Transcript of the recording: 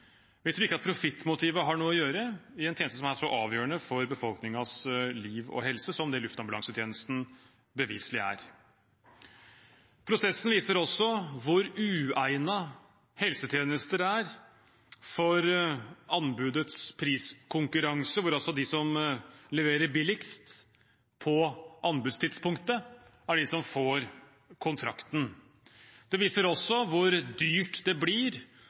Vi tror ikke at profittmotivet har noe å gjøre i en tjeneste som er så avgjørende for befolkningens liv og helse som det luftambulansetjenesten beviselig er. Prosessen viser også hvor uegnet helsetjenester er for anbudets priskonkurranse, hvor altså de som leverer billigst på anbudstidspunktet, er de som får kontrakten. Det viser også hvor dyrt det blir